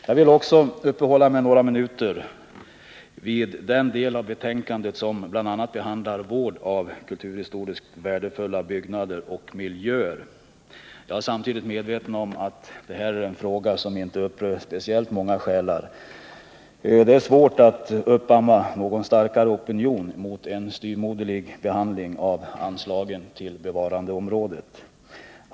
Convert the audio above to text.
Jag vill också uppehålla mig några minuter vid den del av betänkandet som bl.a. behandlar vård av kulturhistoriskt värdefulla byggnader och miljöer. Jag är samtidigt väl medveten om att det här är en fråga som inte upprör speciellt många själar. Det är svårt att uppamma någon starkare opinion mot en styvmoderlig behandling av anslagen till bevarandeområdet.